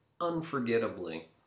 unforgettably